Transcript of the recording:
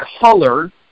color